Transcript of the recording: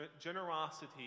generosity